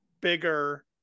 bigger